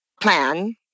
plan